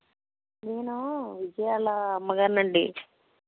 నేను విజయ వాళ్ళ అమ్మగారినండి